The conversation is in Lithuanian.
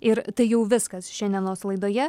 ir tai jau viskas šiandienos laidoje